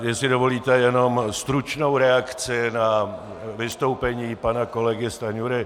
Jestli dovolíte, jenom stručnou reakci na vystoupení pana kolegy Stanjury.